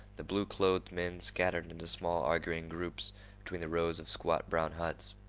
the blue-clothed men scattered into small arguing groups between the rows of squat brown huts.